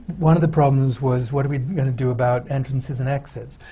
one of the problems was what are we gonna do about entrances and exits.